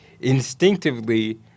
instinctively